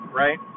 right